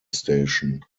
station